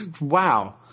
Wow